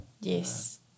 Yes